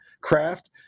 craft